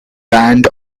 band